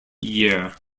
year